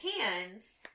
hands